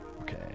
Okay